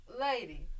lady